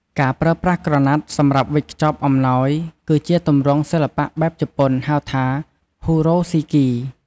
ការប្រើប្រាស់ក្រណាត់សម្រាប់វេចខ្ចប់អំណោយ គឺជាទម្រង់សិល្បៈបែបជប៉ុនហៅថា "ហ៊ូរ៉ូស៊ីគី"។